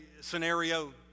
scenario